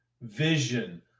vision